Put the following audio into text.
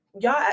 y'all